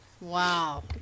Wow